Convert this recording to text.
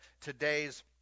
today's